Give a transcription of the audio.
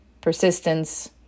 persistence